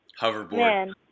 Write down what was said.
Hoverboard